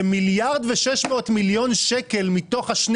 שמיליארד ו-600 מיליון שקלים מתוך 2